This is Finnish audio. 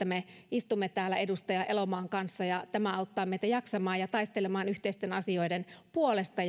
me istumme täällä edustaja elomaan kanssa tämä auttaa meitä jaksamaan ja taistelemaan yhteisten asioiden puolesta